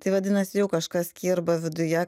tai vadinas jau kažkas kirba viduje